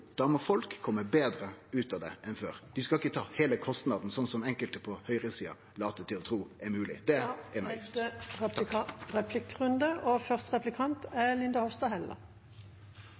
da må folk kome betre ut av det enn før. Dei skal ikkje ta heile kostnaden, slik enkelte på høgresida latar til å tru er mogleg. Det blir replikkordskifte. Representanten Knag Fylkesnes er